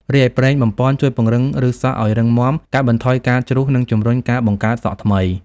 រីឯ ប្រេងបំប៉នជួយពង្រឹងឫសសក់ឲ្យរឹងមាំ កាត់បន្ថយការជ្រុះ និងជំរុញការបង្កើតសក់ថ្មី។